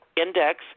index